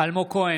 אלמוג כהן,